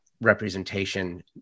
representation